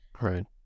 right